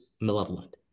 malevolent